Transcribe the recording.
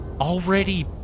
already